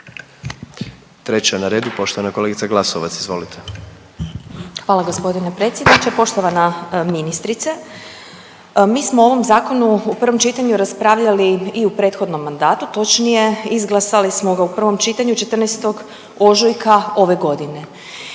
Treća na redu poštovana kolegica Glasovac, izvolite. **Glasovac, Sabina (SDP)** Hvala gospodine predsjedniče. Poštovana ministrice, mi smo o ovom zakonu u prvom čitanju raspravljali i u prethodnom mandatu, točnije izglasali smo ga u prvom čitanju 14. ožujka ove godine.